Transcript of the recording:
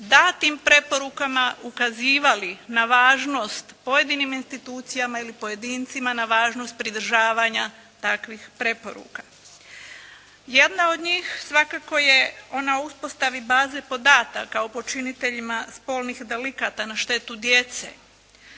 datim preporukama ukazivali na važnost pojedinim institucijama ili pojedincima na važnost pridržavanja takvih preporuka. Jedna od njih svakako je ona u uspostavi baze podataka o počiniteljima spolnih delikata na štetu djece,